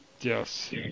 Yes